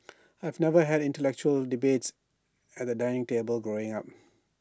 I've never had intellectual debates at the dining table growing up